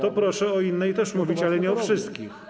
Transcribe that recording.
To proszę o innych też mówić, ale nie o wszystkich.